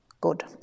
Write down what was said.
good